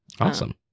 Awesome